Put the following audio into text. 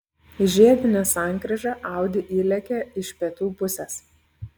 į žiedinę sankryžą audi įlėkė iš pietų pusės